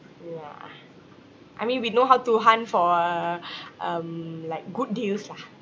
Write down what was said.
ya I mean we know how to hunt for uh um like good deals lah